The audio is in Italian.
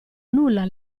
nulla